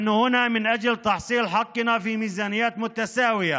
אנחנו פה כדי להשיג את זכותנו בתקציבים שווים